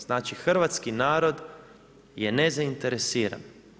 Znači hrvatski narod je nezainteresiran.